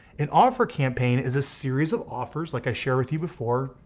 an offer campaign is a series of offers like i shared with you before,